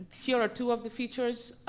here are two of the features,